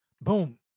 Boom